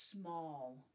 small